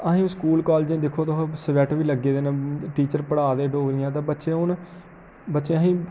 असें स्कूलें कालजें दिक्खो तुस सब्जैक्ट बी लग्गे दे न टीचर पढ़ा दे डोगरी दियां ते बच्चे हुन बच्चे असें ई